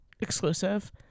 exclusive